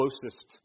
closest